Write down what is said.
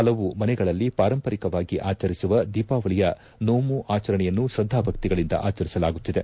ಪಲವು ಮನೆಗಳಲ್ಲಿ ಪಾರಂಪರಿಕವಾಗಿ ಆಚರಿಸುವ ದೀಪಾವಳಿಯ ನೋಮು ಆಚರಣೆಯನ್ನು ಶ್ರದ್ಧಾ ಭಕ್ತಿಗಳಿಂದ ಆಚರಿಸಲಾಗುತ್ತಿದೆ